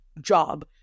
job